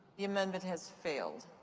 the amendment has failed.